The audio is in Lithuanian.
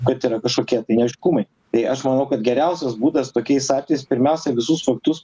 kad yra kažkokie tai neaiškumai tai aš manau kad geriausias būdas tokiais atvejais pirmiausiai visus faktus